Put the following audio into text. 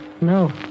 No